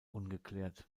ungeklärt